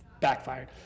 backfired